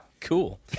Cool